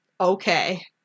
okay